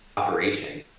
operation.